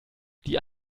die